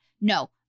No